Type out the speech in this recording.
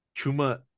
Chuma